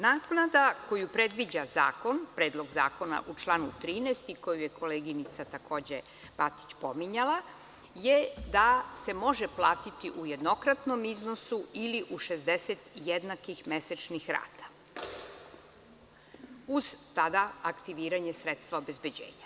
Naknada koju predviđa predlog zakona u članu 13, koju je koleginica Batić pominjala, je da se može platiti u jednokratnom iznosu ili u 60 jednakih mesečnih rata uz aktiviranje sredstava obezbeđenja.